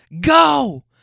go